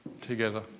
together